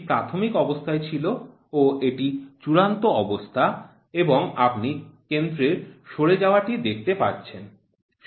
এটি প্রাথমিক অবস্থায় ছিল ও এটি চূড়ান্ত অবস্থা এবং আপনি কেন্দ্রের সরে যাওয়া টি দেখতে পাচ্ছেন